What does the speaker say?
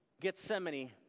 Gethsemane